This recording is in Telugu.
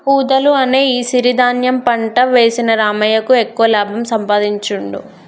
వూదలు అనే ఈ సిరి ధాన్యం పంట వేసిన రామయ్యకు ఎక్కువ లాభం సంపాదించుడు